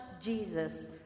Jesus